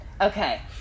okay